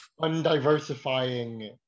undiversifying